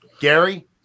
gary